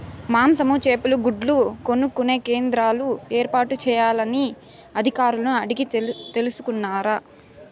మాంసము, చేపలు, గుడ్లు కొనుక్కొనే కేంద్రాలు ఏర్పాటు చేయాలని అధికారులను అడిగి తెలుసుకున్నారా?